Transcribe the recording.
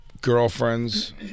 girlfriends